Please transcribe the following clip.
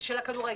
של הנשים.